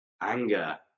anger